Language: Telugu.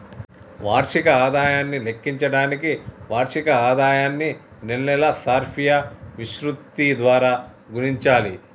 వార్షిక ఆదాయాన్ని లెక్కించడానికి వార్షిక ఆదాయాన్ని నెలల సర్ఫియా విశృప్తి ద్వారా గుణించాలి